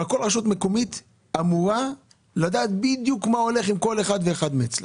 אבל כל רשות מקומית אמורה לדעת בדיוק מה קורה אצל כל אחד ואחד אצלה.